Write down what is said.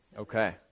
Okay